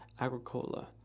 Agricola